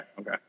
Okay